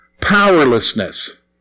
powerlessness